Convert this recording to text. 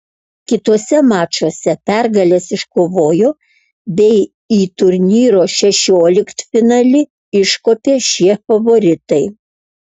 kituose mačuose pergales iškovojo bei į į turnyro šešioliktfinalį iškopė šie favoritai